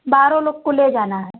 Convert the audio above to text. बारह लोग को ले जाना है